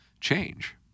change